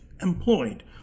employed